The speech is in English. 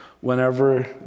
whenever